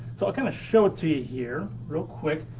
so i'll kinda show it to you here, real quick.